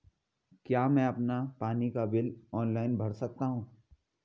क्या मैं अपना पानी का बिल ऑनलाइन भर सकता हूँ?